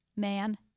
man